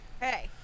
Hey